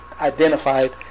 identified